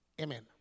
Amen